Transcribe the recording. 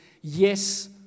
yes